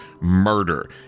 murder